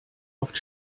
oft